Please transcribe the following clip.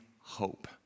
hope